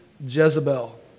Jezebel